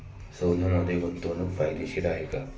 सोन्यामध्ये गुंतवणूक फायदेशीर आहे का?